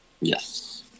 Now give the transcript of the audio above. yes